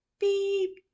beep